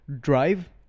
drive